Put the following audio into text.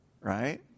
right